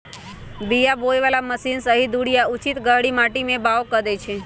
बीया बोय बला मशीन सही दूरी आ उचित गहीर माटी में बाओ कऽ देए छै